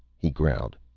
he growled.